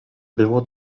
było